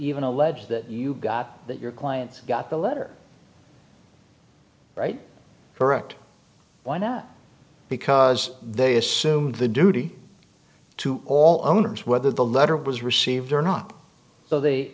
even allege that you got that your clients got the letter right correct why not because they assumed the duty to all owners whether the letter was received or not so they